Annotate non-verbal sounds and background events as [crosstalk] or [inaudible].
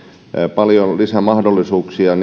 paljon lisämahdollisuuksia [unintelligible]